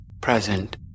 present